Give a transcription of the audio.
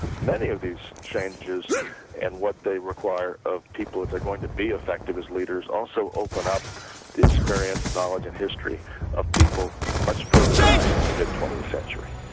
many of these changes and what they require of people if they're going to be effective as leaders also open up the experience, knowledge, and history of people much further back in the mid twentieth century.